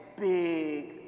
big